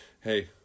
hey